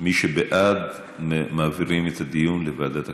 מי שבעד, מעבירים את הדיון לוועדת הכלכלה.